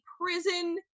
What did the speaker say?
prison